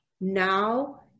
now